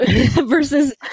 versus